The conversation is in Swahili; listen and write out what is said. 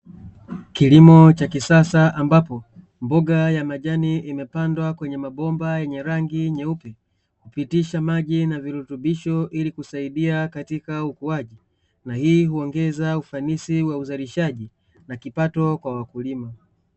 Kilimo cha sa ambapo mboga ya majani imepandwa kwenye mabomba yenye hii ongeza ufanisi wa uzalishaji na kipato kwa wakulima